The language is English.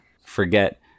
forget